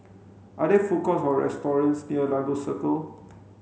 are there food courts or restaurants near Lagos Circle